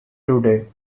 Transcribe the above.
today